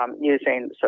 Using